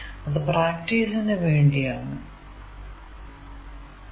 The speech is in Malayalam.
അത് പ്രാക്ടിസിനു വേണ്ടി ആണ്